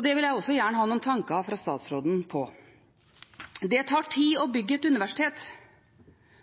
Det vil jeg gjerne også ha noen tanker om fra statsråden. Det tar tid å bygge et universitet.